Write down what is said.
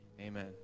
Amen